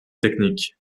techniques